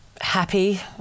happy